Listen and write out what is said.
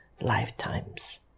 lifetimes